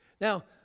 Now